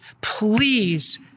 Please